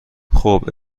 خوب